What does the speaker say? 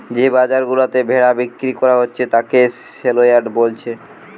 যে বাজার গুলাতে ভেড়া বিক্রি কোরা হচ্ছে তাকে সেলইয়ার্ড বোলছে